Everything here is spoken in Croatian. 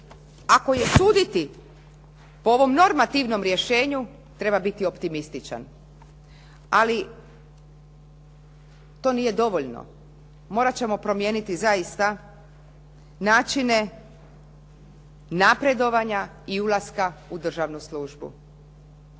ako je suditi po ovom normativnom rješenju treba biti optimističan. Ali to nije dovoljno, morati ćemo promijeniti zaista načine, napredovanja i ulaska u državnu službu.